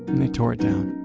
and they tore it down.